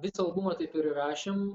visą albumą taip ir įrašėm